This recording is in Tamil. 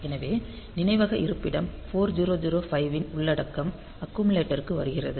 எனவே நினைவக இருப்பிடம் 4005 ன் உள்ளடக்கம் அக்குமுலேட்டருக்கு வருகிறது